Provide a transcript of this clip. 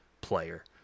player